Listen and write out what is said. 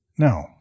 No